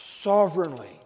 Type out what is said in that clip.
sovereignly